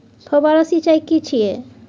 फव्वारा सिंचाई की छिये?